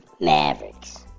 Mavericks